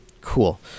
Cool